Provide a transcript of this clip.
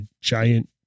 giant